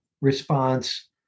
response